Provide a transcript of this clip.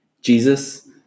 Jesus